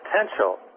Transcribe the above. potential